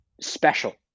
special